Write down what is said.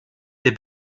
der